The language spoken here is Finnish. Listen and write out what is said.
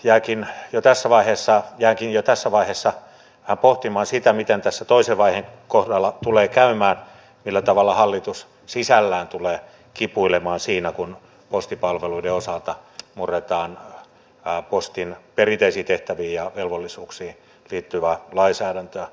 jäänkin jo tässä vaiheessa vähän pohtimaan sitä miten tässä toisen vaiheen kohdalla tulee käymään millä tavalla hallitus sisällään tulee kipuilemaan siinä kun postipalveluiden osalta murretaan postin perinteisiin tehtäviin ja velvollisuuksiin liittyvää lainsäädäntöä